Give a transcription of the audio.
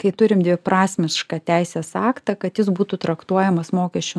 kai turim dviprasmišką teisės aktą kad jis būtų traktuojamas mokesčių